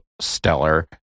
stellar